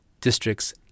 Districts